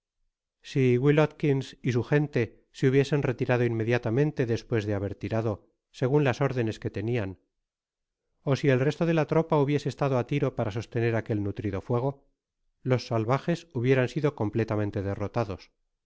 si will atkins y su gente se hubiesen retirado inmediatamente despues de haber tirado segun las órdenes que tenian ó si el resto de la tropa hubiese estado á tiro para sostener aquel nutrido fuego les salvajes hubieran sido completamente derrotados